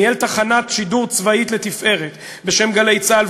ניהל תחנת שידור צבאית לתפארת בשם "גלי צה"ל",